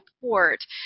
support